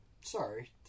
Sorry